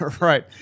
Right